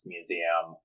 Museum